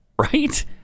right